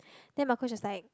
then my coach was like